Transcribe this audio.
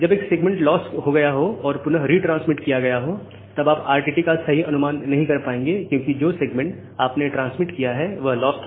जब एक segment lost हो गया हो और पुनः रिट्रांसमिट किया गया हो तब आप RTT का सही अनुमान नहीं प्राप्त कर पाएंगे क्योंकि जो सेगमेंट आपने ट्रांसमिट किया है वह लॉस्ट हो गया है